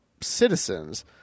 citizens